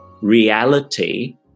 reality